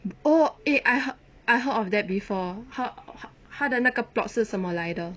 oh eh I heard I heard of that before 他他他的那个 plot 是什么来的